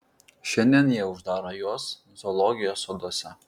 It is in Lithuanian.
šiandien jie uždaro juos zoologijos soduose